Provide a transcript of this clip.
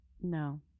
No